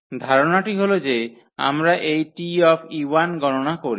ধারণাটি হল যে আমরা এই T গণনা করি